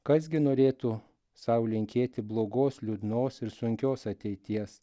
kas gi norėtų sau linkėti blogos liūdnos ir sunkios ateities